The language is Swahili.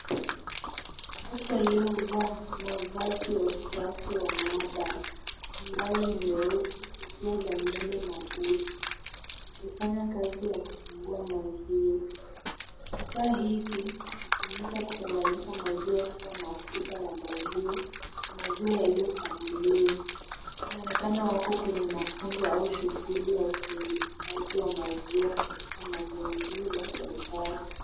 Mtu aliyevaa mavazi ya usafi ya maabara ambayo ni meupe kofia za nywele na buti akifanya kazi ya kufungua maziwa. Kifaa hiki kinatumika kutenganisha maziwa kuwa mafuta ya maziwa, maziwa yaliyokamukiwa. Inaonekana wako kwenye mafunzo au shughuli ya uzindikaji ya maziwa katika mazingira ya usafi.